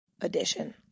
edition